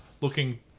Looking